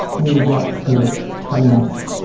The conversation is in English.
we were blocked for three months.